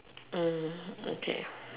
okay